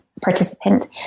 participant